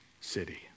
city